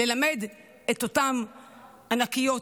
ללמד את אותן ענקיות